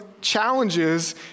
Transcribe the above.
challenges